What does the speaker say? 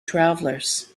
travelers